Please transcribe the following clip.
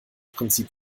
prinzip